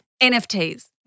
NFTs